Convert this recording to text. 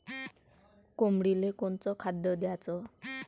कोंबडीले कोनच खाद्य द्याच?